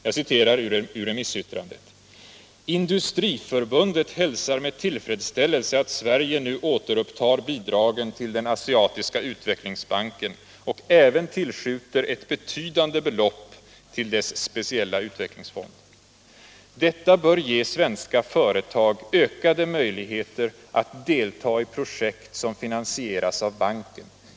Jag citerar ur remissyttrandet: ”Industriförbundet hälsar med tillfredsställelse att Sverige nu återupptar bidragen till den Asiatiska utvecklingsbanken och även tillskjuter ett betydande belopp till dess speciella utvecklingsfond. Detta bör ge svenska företag ökade möjligheter att delta i projekt som finansieras av banken.